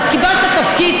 אתה קיבלת תפקיד,